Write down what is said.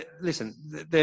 listen